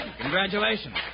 Congratulations